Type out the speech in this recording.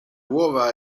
uova